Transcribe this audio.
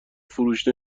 فروش